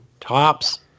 tops